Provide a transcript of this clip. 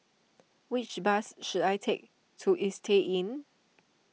which bus should I take to Istay Inn